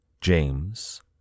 James